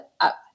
up